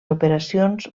operacions